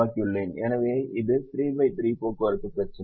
எனவே இது 3 பை 3 போக்குவரத்து பிரச்சினை